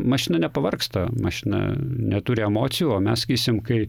mašina nepavargsta mašina neturi emocijų o mes sakysim kai